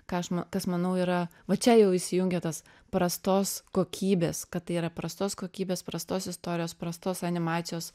ką aš ma kas manau yra va čia jau įsijungia tas prastos kokybės kad tai yra prastos kokybės prastos istorijos prastos animacijos